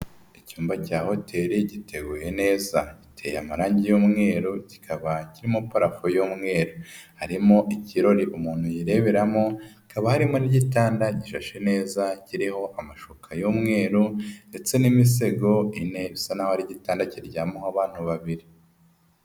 Icyumba cya hoteli giteguye neza, giteye amarangi y'umweru kikaba kirimo parafo y'umweru harimo ikirori umuntu yireberamo hakaba harimo n'igitanda gishashe neza kiriho amashuka y'umweruro, ndetse n'imisego ine isa naho ari igitanda kiryamaho abantu babiri.